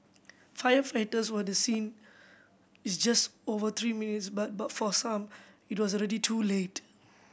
firefighters were the scene is just over three minutes but but for some it was already too late